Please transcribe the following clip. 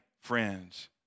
friends